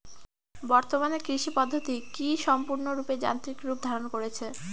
বর্তমানে কৃষি পদ্ধতি কি সম্পূর্ণরূপে যান্ত্রিক রূপ ধারণ করেছে?